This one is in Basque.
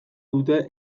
dute